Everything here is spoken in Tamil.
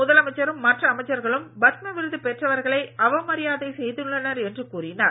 முதலமைச்சரும் மற்ற அமைச்சர்களும் பத்ம விருது பெற்றவர்களை அவமரியாதை செய்துள்ளனர் என்று கூறினார்